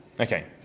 Okay